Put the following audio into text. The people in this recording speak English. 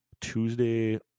tuesday